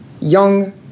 young